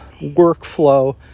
workflow